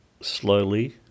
slowly